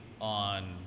on